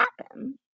happen